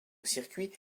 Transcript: circuit